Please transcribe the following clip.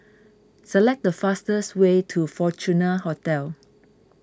select the fastest way to Fortuna Hotel